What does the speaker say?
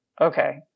Okay